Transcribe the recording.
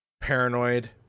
paranoid